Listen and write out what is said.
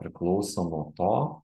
priklauso nuo to